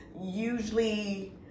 usually